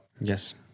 Yes